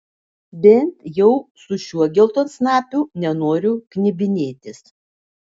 bent jau su šiuo geltonsnapiu nenoriu knibinėtis